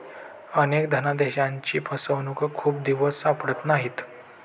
अनेक धनादेशांची फसवणूक खूप दिवस सापडत नाहीत